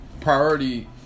priority